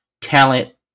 talent